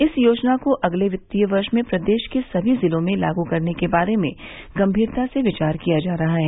इस योजना को अगले वित्तीय वर्ष में प्रदेश के सभी जिलों में लागू करने के बारे में भी गंभीरता से विचार किया जा रहा है